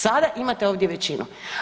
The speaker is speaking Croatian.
Sada imate ovdje većinu.